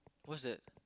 what's that